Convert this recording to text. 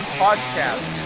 podcast